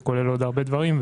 שהוא כולל עוד הרבה דברים.